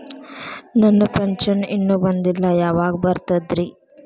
ನನ್ನ ಪೆನ್ಶನ್ ಇನ್ನೂ ಬಂದಿಲ್ಲ ಯಾವಾಗ ಬರ್ತದ್ರಿ?